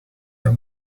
your